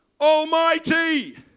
Almighty